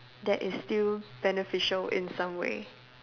that is still beneficial in some way